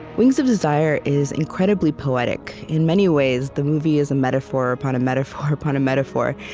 wings of desire is incredibly poetic. in many ways, the movie is a metaphor upon a metaphor upon a metaphor.